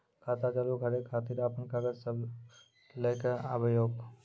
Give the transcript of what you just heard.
खाता चालू करै खातिर आपन कागज सब लै कऽ आबयोक?